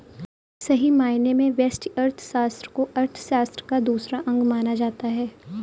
सही मायने में व्यष्टि अर्थशास्त्र को अर्थशास्त्र का दूसरा अंग माना जाता है